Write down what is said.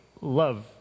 love